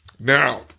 Now